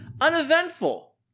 Uneventful